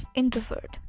introvert